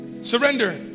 Surrender